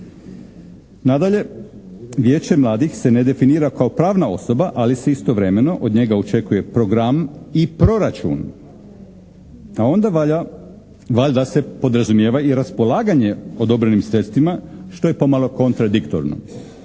Nadalje Vijeće mladih se ne definira kao pravna osoba ali se istovremeno od njega očekuje program i proračun a onda valja, valjda se podrazumijeva i raspolaganje odobrenim sredstvima što je pomalo kontradiktorno.